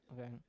okay